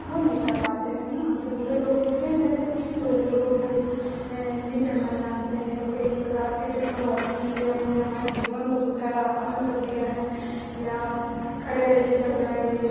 वो नहीं कर पाते हैं न जो बूढ़े लोग होते हैं जैसे कि तो वो लोग नहीं चढ़ना जानते हैं वो एक प्रकार की टेक्नोलॉजी ही है उसने हमारे जीवन को तो खैर आसान कर दिया है कि आप खड़े रहिए चढ़ जाएँगे